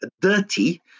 Dirty